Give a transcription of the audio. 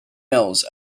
mills